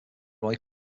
roy